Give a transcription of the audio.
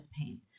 pain